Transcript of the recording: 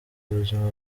ubuzima